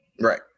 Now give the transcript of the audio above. right